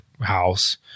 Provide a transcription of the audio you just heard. house